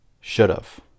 should've